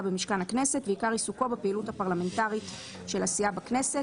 במשכן הכנסת ועיקר עיסוקו בפעילות הפרלמנטרית של הסיעה בכנסת,